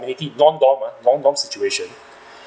community non-dorm uh non-dorm situation